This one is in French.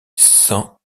cent